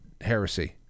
heresy